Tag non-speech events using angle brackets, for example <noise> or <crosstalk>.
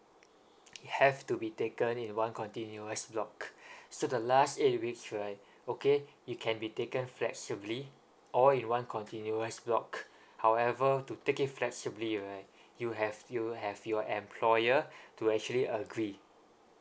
<noise> have to be taken in one continuous block so the last eight weeks right okay it can be taken flexibly or in one continuous block however to take it flexibly right you have you'll have your employer to actually agree